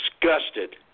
disgusted